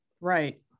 right